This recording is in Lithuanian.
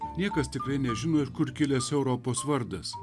niekas tikrai nežino ir kur kilęs europos vardas